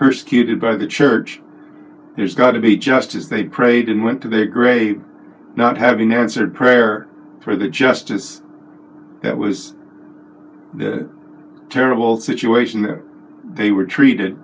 persecuted by the church there's got to be just as they prayed and went to their grave not having answered prayer for the justice that was a terrible situation that they were treated